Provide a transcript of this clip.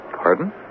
pardon